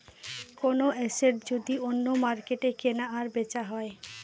কোনো এসেট যদি অন্য মার্কেটে কেনা আর বেচা হয়